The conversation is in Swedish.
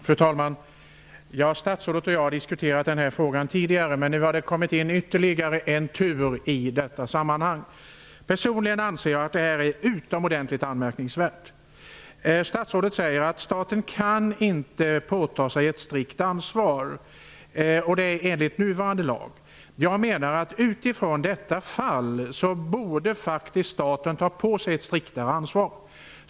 Fru talman! Statsrådet och jag har diskuterat den här frågan tidigare. Nu har det kommit in ytterligare en tur i det här sammanhanget. Personligen anser jag att det här är utomordentligt anmärkningsvärt. Statsrådet säger att staten inte kan åläggas ett strikt ansvar, enligt nuvarande lag. Jag menar att staten, med tanke på detta fall, borde ta på sig ett striktare ansvar.